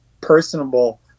personable